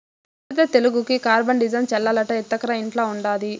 బూడిద తెగులుకి కార్బండిజమ్ చల్లాలట ఎత్తకరా ఇంట్ల ఉండాది